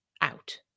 out